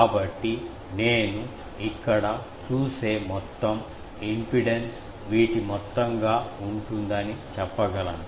కాబట్టి నేను ఇక్కడ చూసే మొత్తం ఇంపిడెన్స్ వీటి మొత్తంగా ఉంటుందని చెప్పగలను